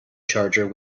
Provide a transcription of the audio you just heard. charger